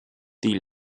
die